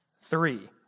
three